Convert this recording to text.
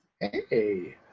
Hey